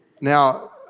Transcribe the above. Now